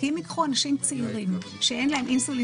כי אם ייקחו אנשים צעירים שאין להם Insulin